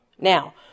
Now